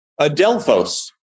Adelphos